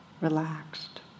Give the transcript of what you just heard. relaxed